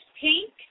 pink